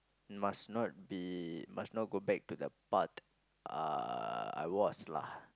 must not be must not go back to that part uh I was lah